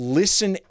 listen